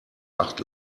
acht